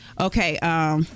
Okay